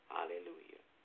Hallelujah